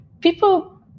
people